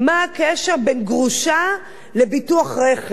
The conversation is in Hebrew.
מה הקשר בין גרושה לביטוח רכב?